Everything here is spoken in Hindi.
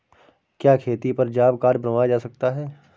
क्या खेती पर जॉब कार्ड बनवाया जा सकता है?